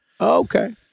Okay